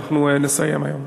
אנחנו נסיים היום.